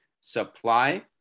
supply